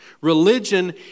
Religion